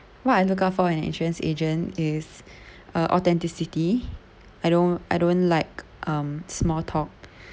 what I look out for an insurance agent is uh authenticity I don't I don't like um small talk